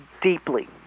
deeply